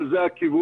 אבל זה הכיוון.